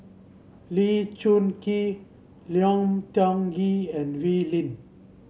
Lee Choon Kee Lim Tiong Ghee and Wee Lin